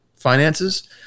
finances